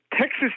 Texas